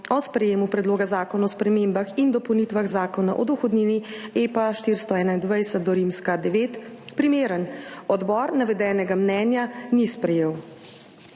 o sprejemu Predloga zakona o spremembah in dopolnitvah Zakona o dohodnini (EPA 421-IX) primeren. Odbor navedenega mnenja ni sprejel.